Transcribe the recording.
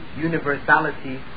universality